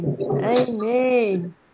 Amen